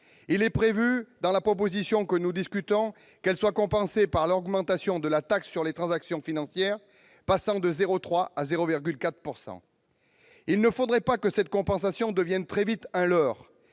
la présente proposition de loi, il est prévu qu'elle soit compensée par l'augmentation de la taxe sur les transactions financières, portée de 0,3 % à 0,4 %. Il ne faudrait pas que cette compensation devienne très vite un leurre